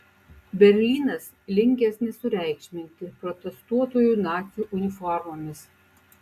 berlynas linkęs nesureikšminti protestuotojų nacių uniformomis